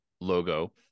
logo